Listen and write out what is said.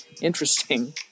Interesting